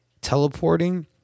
teleporting